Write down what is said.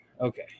Okay